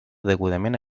degudament